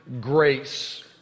grace